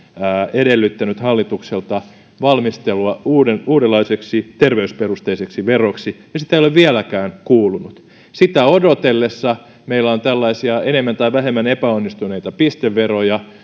edellyttänyt hallitukselta valmistelua uudenlaiseksi terveysperusteiseksi veroksi ja sitä ei ole vieläkään kuulunut sitä odotellessa meillä on tällaisia enemmän tai vähemmän epäonnistuneita pisteveroja